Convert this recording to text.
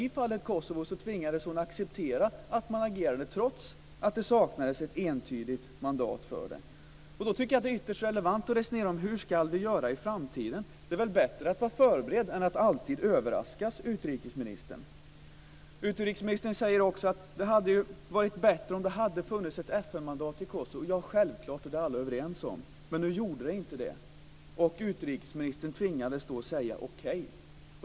I fallet Kosovo tvingades hon acceptera att man agerade, trots att det saknades ett entydigt mandat för det. Jag tycker att det då är ytterst relevant att resonera om hur vi ska göra i framtiden. Det är väl bättre att vara förberedd än att alltid överraskas, utrikesministern. Utrikesministern säger också att det hade varit bättre om det funnits ett FN-mandat i Kosovo. Ja, självklart, det är alla överens om, men nu gjorde det inte det, och utrikesministern tvingades då att säga okej.